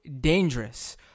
dangerous